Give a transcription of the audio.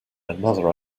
another